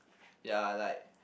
ya like